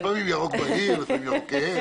לפעמים ירוק בהיר, לפעמים ירוק כהה.